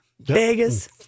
Vegas